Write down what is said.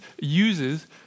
uses